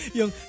Yung